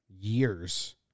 years